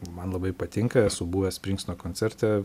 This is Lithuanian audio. man labai patinka esu buvęs sprinksono koncerte